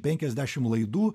penkiasdešimt laidų